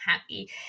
happy